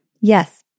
Yes